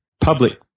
public